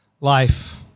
life